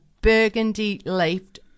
burgundy-leafed